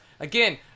Again